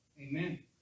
Amen